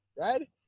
right